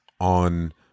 on